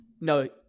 No